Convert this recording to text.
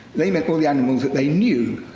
they meant all the animals that they knew.